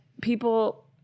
people